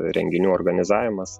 renginių organizavimas